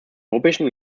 europäischen